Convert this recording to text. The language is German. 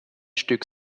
stück